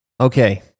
Okay